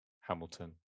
Hamilton